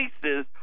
places